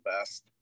best